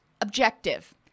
objective